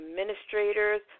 administrators